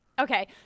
Okay